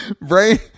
Brain